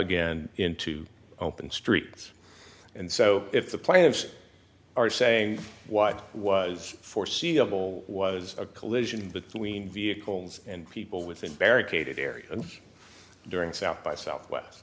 again into open streets and so if the plaintiffs are saying what was foreseeable was a collision between vehicles and people within barricaded area during south by southwest